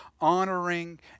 honoring